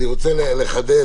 אני רוצה לחדד